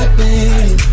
baby